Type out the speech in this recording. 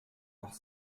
noch